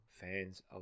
fans